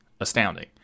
astounding